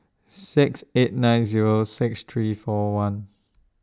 six eight nine Zero six three four one